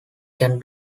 can